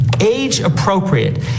age-appropriate